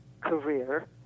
career